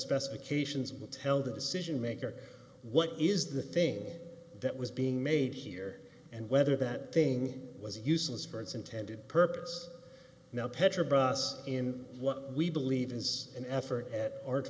specifications will tell the decision maker what is the thing that was being made here and whether that thing was useless for its intended purpose now petra bust in what we believe is an effort at art